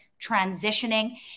transitioning